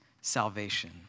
salvation